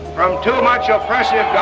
from too much oppressive yeah